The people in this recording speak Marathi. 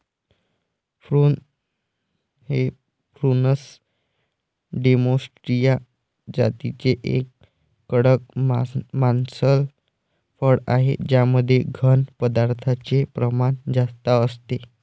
प्रून हे प्रूनस डोमेस्टीया जातीचे एक कडक मांसल फळ आहे ज्यामध्ये घन पदार्थांचे प्रमाण जास्त असते